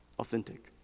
Authentic